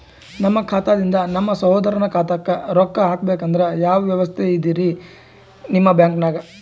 ನಮ್ಮ ಖಾತಾದಿಂದ ನಮ್ಮ ಸಹೋದರನ ಖಾತಾಕ್ಕಾ ರೊಕ್ಕಾ ಹಾಕ್ಬೇಕಂದ್ರ ಯಾವ ವ್ಯವಸ್ಥೆ ಇದರೀ ನಿಮ್ಮ ಬ್ಯಾಂಕ್ನಾಗ?